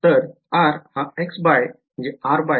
तर r हा x by r